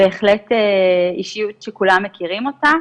שהוא בהחלט אישיות שכולם מכירים אותה.